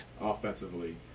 offensively